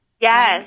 Yes